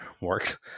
works